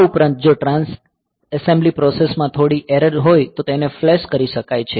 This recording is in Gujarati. આ ઉપરાંત જો ટ્રાન્સ એસેમ્બલી પ્રોસેસ માં થોડી એરર હોય તો તેને ફ્લેશ કરી શકાય છે